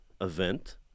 event